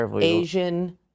Asian